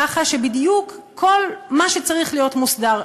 ככה שבדיוק כל מה שצריך להיות מוסדר,